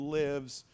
lives